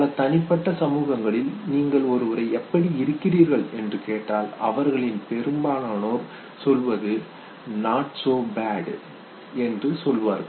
பல தனிப்பட்ட சமூகங்களில் நீங்கள் ஒருவரை "எப்படி இருக்கிறீர்கள்" என்று கேட்டால் அவர்களின் பெரும்பாலும் "நாட் சோ பேட்" மோசமாக இல்லை என்று சொல்வார்கள்